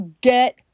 get